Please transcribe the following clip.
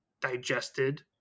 digested